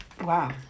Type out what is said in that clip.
Wow